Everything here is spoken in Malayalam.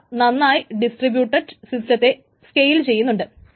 അവ നന്നായി ഡിട്രിബ്യൂട്ടറ്റ് സിസ്റ്റത്തെ സെകയിൽ ചെയ്യുന്നുണ്ട്